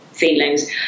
feelings